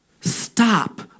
stop